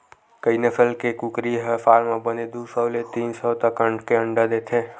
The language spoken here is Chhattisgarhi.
कइ नसल के कुकरी ह साल म बने दू सौ ले तीन सौ तक के अंडा दे देथे